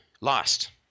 Lost